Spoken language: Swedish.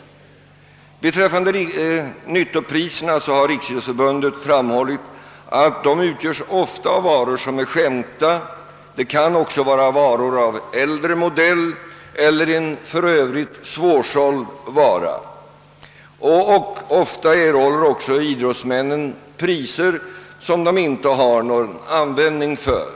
Beträffande nyttopriserna har Riksidrottsförbundet framhållit att de ofta utgöres av varor som är skänkta. Det kan också röra sig om varor av äldre modell eller sådana som i Övrigt är svårsålda. Inte sällan erhåller idrottsmännen priser som de inte har någon användning för.